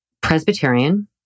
Presbyterian